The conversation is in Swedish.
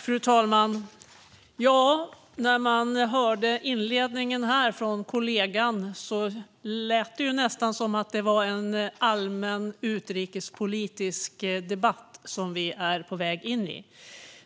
Fru talman! När man hörde inledningen från kollegan lät det nästan som att vi var på väg in i en allmän utrikespolitisk debatt. Men vi